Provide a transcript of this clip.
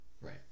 Right